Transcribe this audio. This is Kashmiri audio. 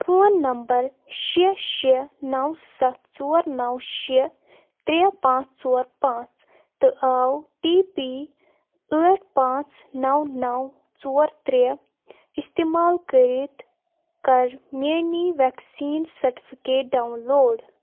فون نمبر شےٚ شےٚ نو ستھ ژور نو شےٚ ترٛےٚ پانٛژھ ژور پانٛژھ تہٕ آو ٹی پی ٲٹھ پانٛژھ نو نو ژور ترٛےٚ استعمال کٔرِتھ کر میٲنی وٮ۪کسیٖن سرٹِفکیٹ ڈاوُن لوڈ